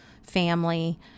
family